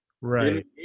Right